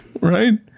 Right